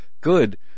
good